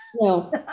No